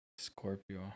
Scorpio